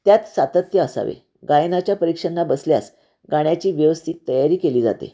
त्यात सातत्य असावे गायनाच्या परीक्षांना बसल्यास गाण्याची व्यवस्थित तयारी केली जाते